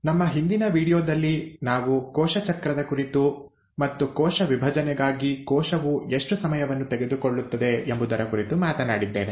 ನಮ್ಮ ಹಿಂದಿನ ವೀಡಿಯೋದಲ್ಲಿ ನಾವು ಕೋಶ ಚಕ್ರದ ಕುರಿತು ಮತ್ತು ಕೋಶ ವಿಭಜನೆಗಾಗಿ ಕೋಶವು ಎಷ್ಟು ಸಮಯವನ್ನು ತೆಗೆದುಕೊಳ್ಳುತ್ತದೆ ಎಂಬುದರ ಕುರಿತು ಮಾತನಾಡಿದ್ದೇವೆ